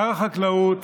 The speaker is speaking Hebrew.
שר החקלאות